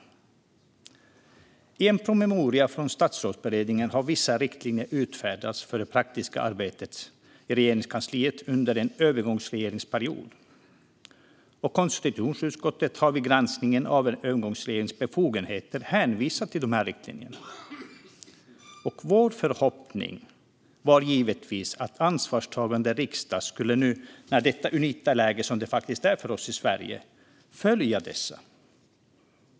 I en promemoria från Statsrådsberedningen har vissa riktlinjer utfärdats för det praktiska arbetet i Regeringskansliet under en övergångsregeringsperiod. Konstitutionsutskottet har vid granskningen av en övergångsregerings befogenheter hänvisat till dessa riktlinjer. Vår förhoppning var givetvis att en ansvarstagande riksdag nu, i det unika läge som det faktiskt är för oss i Sverige, skulle följa dessa.